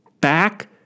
back